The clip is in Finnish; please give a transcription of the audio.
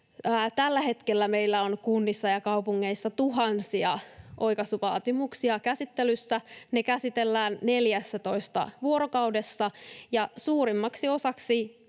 Tällä hetkellä meillä on kunnissa ja kaupungeissa tuhansia oikaisuvaatimuksia käsittelyssä, ja ne käsitellään 14 vuorokaudessa, ja suurimmaksi osaksi